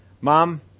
Mom